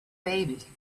baby